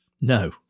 no